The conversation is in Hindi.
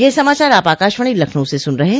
ब्रे क यह समाचार आप आकाशवाणी लखनऊ से सुन रहे हैं